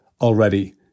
already